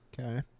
Okay